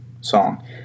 song